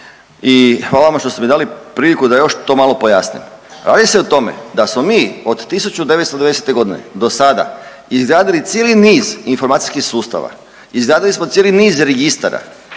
i hvala vam što ste mi dali priliku da još to malo pojasnim. Radi se o tome da smo mi od 1990. godine izgradili cijeli niz informacijskih sustava, izgradili smo cijeli niz registara,